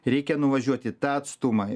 reikia nuvažiuoti tą atstumą